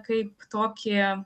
kaip tokį